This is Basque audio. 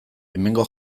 hemengo